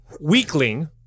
weakling